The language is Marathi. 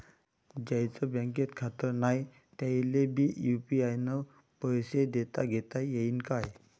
ज्याईचं बँकेत खातं नाय त्याईले बी यू.पी.आय न पैसे देताघेता येईन काय?